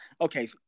Okay